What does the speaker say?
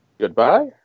Goodbye